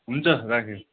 हुन्छ राखेँ